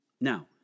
Now